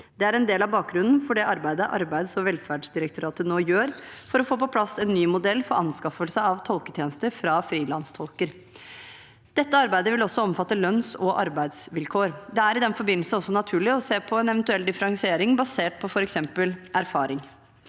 Det er en del av bakgrunnen for det arbeidet Arbeids- og velferdsdirektoratet nå gjør for å få på plass en ny modell for anskaffelse av tolketjenester fra frilanstolker. Dette arbeidet vil også omfatte lønns- og arbeidsvilkår. Det er i den forbindelse også naturlig å se på en eventuell differensiering basert på f.eks. erfaring.